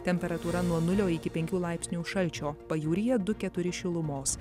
temperatūra nuo nulio iki penkių laipsnių šalčio pajūryje du keturi šilumos